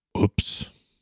Oops